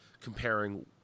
comparing